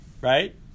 right